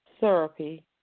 therapy